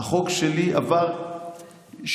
החוק שלי עבר שינויים.